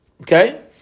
okay